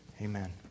amen